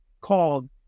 called